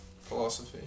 philosophy